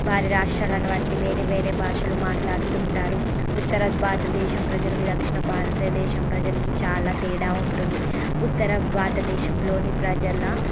వారి రాష్ట్రాలను బట్టి వేరే వేరే భాషలను మాట్లాడుతుంటారు ఉత్తర భారత దేశం ప్రజలకు దక్షిణ భారతదేశం ప్రజలకు చాలా తేడా ఉంటుంది ఉత్తర భారత దేశం లోని ప్రజల